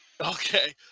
Okay